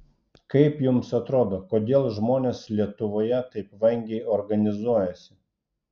kaip jums atrodo kodėl žmonės lietuvoje taip vangiai organizuojasi